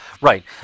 Right